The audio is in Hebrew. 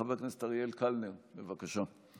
חבר הכנסת אריאל קלנר, בבקשה.